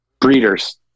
breeders